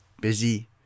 Busy